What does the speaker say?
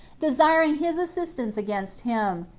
desiring his assistance against him,